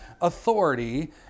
authority